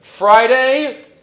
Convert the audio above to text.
Friday